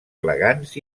elegants